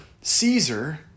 Caesar